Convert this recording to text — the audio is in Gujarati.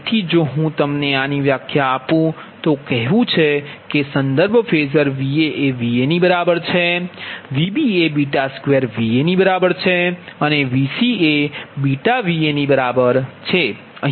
તેથી જો હુ તમને આની વ્યાખ્યા આપું તો કહેવું કે સંદર્ભ ફેઝર Va એ Va ની બરાબર છે Vb એ 2 Va ની બરાબર છે અને Vc એ Va ની બરાબર બરાબર છે